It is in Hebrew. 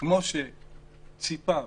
כמו שציפו,